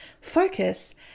focus